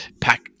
pack